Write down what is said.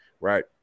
right